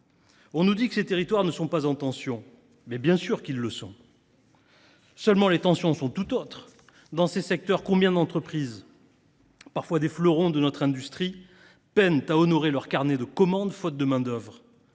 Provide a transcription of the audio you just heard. On nous dit que ces territoires ne sont pas en tension. Mais bien sûr qu’ils le sont ! Seulement, les tensions sont bien différentes : dans ces secteurs, combien d’entreprises, parfois des fleurons de notre industrie, peinent à honorer leurs carnets de commandes, faute de main d’œuvre ?